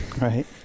right